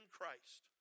Christ